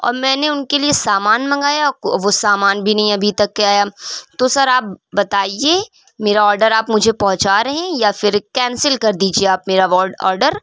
اور میں نے ان کے لیے سامان منگایا وہ سامان بھی نہیں ابھی تک کے آیا تو سر آپ بتائیے میرا آرڈر آپ مجھے پہنچا رہے ہیں یا پھر کینسل کر دیجیے آپ میرا وہ آرڈر